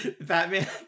Batman